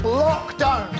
lockdown